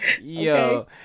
Yo